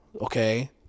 okay